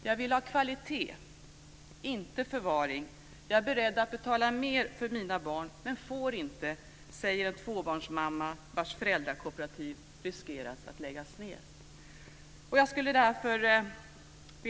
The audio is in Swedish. "Jag vill ha kvalitet, inte förvaring. Jag är beredd att betala mer för mina barn men får inte", säger en tvåbarnsmamma vars föräldrakooperativ riskerar att läggas ned.